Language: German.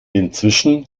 inzwischen